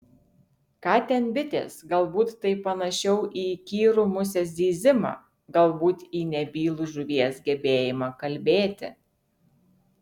ką ten bitės galbūt tai panašiau į įkyrų musės zyzimą galbūt į nebylų žuvies gebėjimą kalbėti